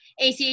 ACH